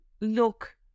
look